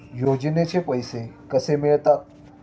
योजनेचे पैसे कसे मिळतात?